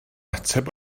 ateb